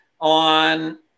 on